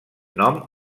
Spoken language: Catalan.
nom